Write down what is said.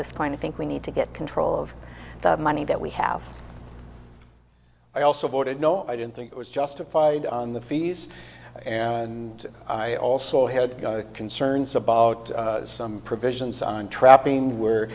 this point i think we need to get control of the money that we have i also voted no i didn't think it was justified on the fees and i also had concerns about some provisions on trapping